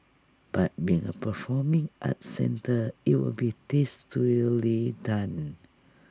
but being A performing arts centre IT will be done